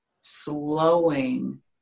slowing